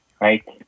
right